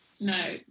No